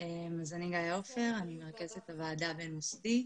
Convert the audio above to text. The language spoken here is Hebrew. אני מרכזת הוועדה הבין-מוסדית